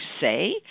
say